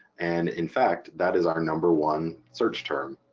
and in fact that is our number one search term.